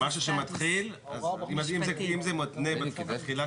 שהרשות המקומית, באחריות